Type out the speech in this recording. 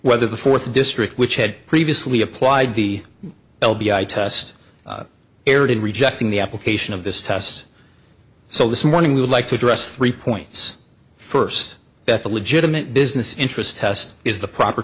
whether the fourth district which had previously applied the l b i test erred in rejecting the application of this test so this morning we would like to address three points first that the legitimate business interest test is the proper